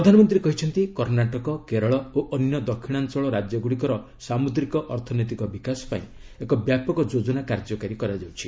ପ୍ରଧାନମନ୍ତ୍ରୀ କହିଛନ୍ତି କର୍ଣ୍ଣାଟକ କେରଳ ଓ ଅନ୍ୟ ଦକ୍ଷିଣାଞ୍ଚଳ ରାଜ୍ୟ ଗୁଡ଼ିକର ସାମୁଦ୍ରିକ ଅର୍ଥନୈତିକ ବିକାଶ ପାଇଁ ଏକ ବ୍ୟାପକ ଯୋଜନା କାର୍ଯ୍ୟକାରୀ କରାଯାଉଛି